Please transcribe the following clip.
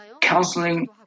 counseling